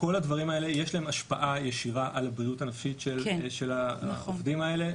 לכל הדברים האלה יש השפעה ישירה על הבריאות הנפשית של העובדים האלה,